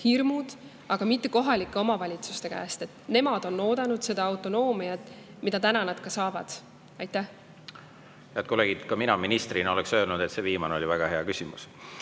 hirmud –, aga mitte kohalikelt omavalitsustelt. Nemad on oodanud seda autonoomiat, mille nad nüüd ka saavad. Head kolleegid, ka mina ministrina oleksin öelnud, et see viimane oli väga hea küsimus.